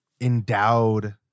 endowed